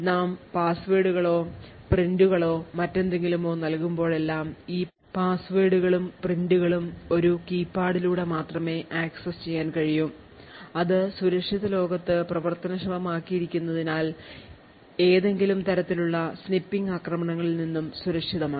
നാം പാസ്വേഡുകളോ പ്രിന്റുകളോ മറ്റെന്തെങ്കിലുമോ നൽകുമ്പോഴെല്ലാം ഈ പാസ്വേഡുകളും പ്രിന്റുകളും ഒരു കീപാഡിലൂടെ മാത്രമേ ആക്സസ് ചെയ്യാൻ കഴിയൂ അത് സുരക്ഷിത ലോകത്ത് പ്രവർത്തനക്ഷമമാക്കിയിരിക്കുന്നതിനാൽ ഏതെങ്കിലും തരത്തിലുള്ള സ്നിപ്പിംഗ് ആക്രമണങ്ങളിൽ നിന്നും സുരക്ഷിതമാണ്